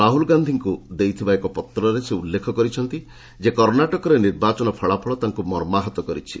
ରାହୁଲ ଗାନ୍ଧୀଙ୍କୁ ଦେଇଥିବା ଏକ ପତ୍ରରେ ସେ ଉଲ୍ଲେଖ କରିଛନ୍ତି ଯେ କର୍ଣ୍ଣାଟକରେ ନିର୍ବାଚନ ଫଳାଫଳ ତାଙ୍କୁ ମର୍ମାହତ କରିଛି